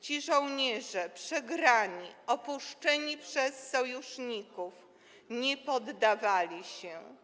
Ci żołnierze przegrani, opuszczeni przez sojuszników nie poddawali się.